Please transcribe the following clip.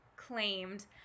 claimed